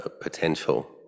potential